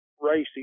racy